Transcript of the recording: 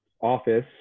office